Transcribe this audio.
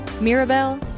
Mirabelle